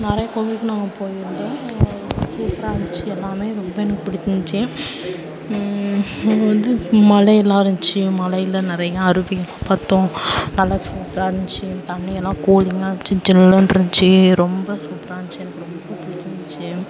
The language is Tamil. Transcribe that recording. நிறைய கோவிலுக்கு நாங்கள் போயிருந்தோம் சூப்பராக இருந்துச்சு எல்லாமே ரொம்ப எனக்கு பிடிச்சிருந்துச்சி அங்கே வந்து மலை எல்லாம் இருந்துச்சு மலையில் நிறையா அருவி சத்தம் நல்லா சூப்பராக இருந்துச்சு தண்ணி எல்லாம் கூலிங்காக இருந்துச்சு ஜில்லுனு இருந்துச்சு ரொம்ப சூப்பராக இருந்துச்சு எனக்கு ரொம்ப பிடிச்சிருந்துச்சி